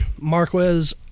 Marquez